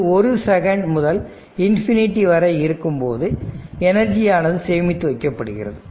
இது ஒரு செகண்ட் முதல் இன்பினிட்டி வரை இருக்கும் போது எனர்ஜியானது சேமித்து வைக்கப்படுகிறது